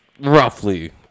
roughly